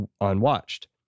unwatched